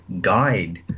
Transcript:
guide